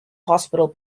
hospital